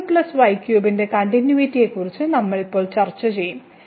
ന്റെ കണ്ടിന്യൂയിറ്റിയെക്കുറിച്ച് നമ്മൾ ഇപ്പോൾ ചർച്ച ചെയ്യും